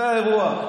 זה האירוע.